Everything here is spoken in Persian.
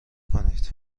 کنید